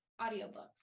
audiobooks